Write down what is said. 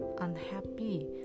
unhappy